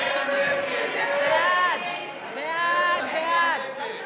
ההסתייגות של קבוצת סיעת המחנה הציוני (יואל חסון) לסעיף תקציבי 33,